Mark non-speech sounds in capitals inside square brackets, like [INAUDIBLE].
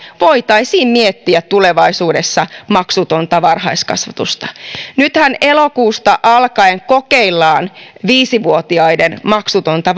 voitaisiin miettiä tulevaisuudessa maksutonta varhaiskasvatusta nythän elokuusta alkaen kokeillaan viisi vuotiaiden maksutonta [UNINTELLIGIBLE]